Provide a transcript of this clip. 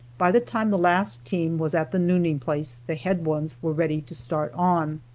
by the time the last team was at the nooning place, the head ones were ready to start on.